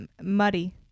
muddy